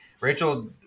Rachel –